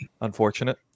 unfortunate